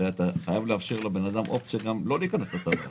הרי אתה חייב לאפשר לאדם אופציה לא להיכנס לשם.